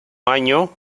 año